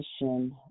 mission